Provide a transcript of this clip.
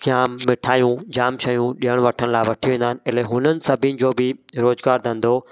जामु मिठायूं जामु शयूं ॾियणु वठण लाइ वठी वेंदा आहिनि इले हुननि सभिनि जो बि रोज़गारु धंधो